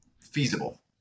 feasible